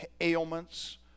ailments